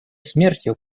смертью